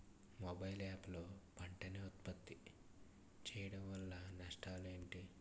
Mobile app లో పంట నే ఉప్పత్తి చేయడం వల్ల నష్టాలు ఏంటి?